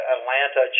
Atlanta